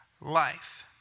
life